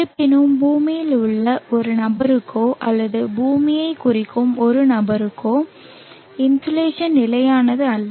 இருப்பினும் பூமியில் உள்ள ஒரு நபருக்கோ அல்லது பூமியைக் குறிக்கும் ஒரு நபருக்கோ இன்சோலேஷன் நிலையானது அல்ல